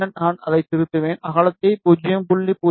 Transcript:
பின்னர் நான் அதைத் திருத்துவேன் அகலத்தை 0